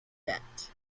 debt